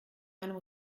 einem